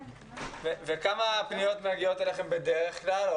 כמה פניות מגיעות אליכם בדרך כלל?